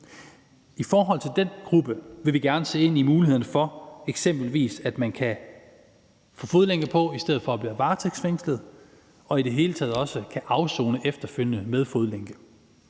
I forhold til den gruppe vil vi gerne se på mulighederne for, at man eksempelvis kan få fodlænke på i stedet for at være varetægtsfængslet, og at man i det hele taget også kan afsone efterfølgende med fodlænke.